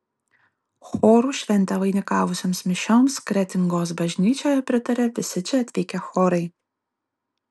chorų šventę vainikavusioms mišioms kretingos bažnyčioje pritarė visi čia atvykę chorai